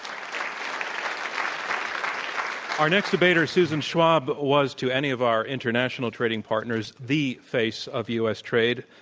our next debater susan schwab was to any of our international trading partners the face of us trade,